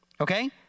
Okay